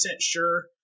sure